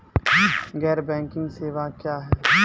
गैर बैंकिंग सेवा क्या हैं?